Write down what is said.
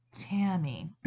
Tammy